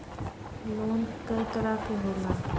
Loan कय तरह के होला?